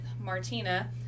Martina